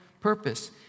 purpose